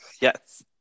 yes